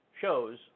shows